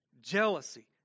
jealousy